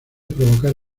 provocar